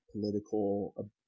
political